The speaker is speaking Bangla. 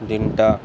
দিনটা